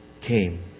came